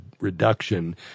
reduction